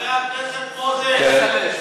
חבר הכנסת מוזס,